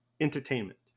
entertainment